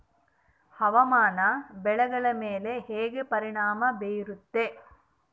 ಹವಾಮಾನ ಬೆಳೆಗಳ ಮೇಲೆ ಹೇಗೆ ಪರಿಣಾಮ ಬೇರುತ್ತೆ?